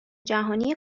جهانی